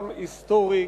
גם היסטורי,